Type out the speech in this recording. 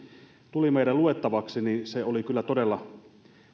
tuli meidän luettavaksemme se oli kyllä todella